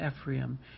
Ephraim